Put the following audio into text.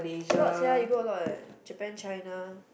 a lot sia you go a lot leh Japan China